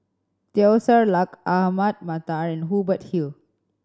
Teo Ser Luck Ahmad Mattar and Hubert Hill